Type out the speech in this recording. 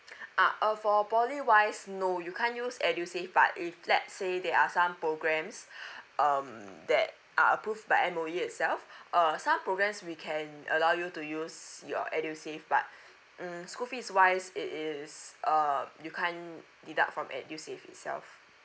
ah uh for poly wise no you can't use edusave but if let's say there are some programmes um that are approved by M_O_E itself uh some programmes we can allow you to use your edusave but mm school fees wise it is um you can't deduct from edusave itself